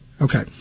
Okay